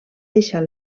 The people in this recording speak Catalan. deixar